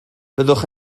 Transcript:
byddwch